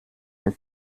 eine